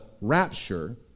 rapture